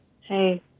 Hey